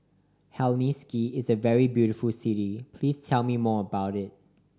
Helsinki is a very beautiful city please tell me more about it